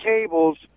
cables